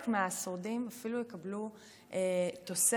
וחלק מהשורדים אפילו יקבלו תוספת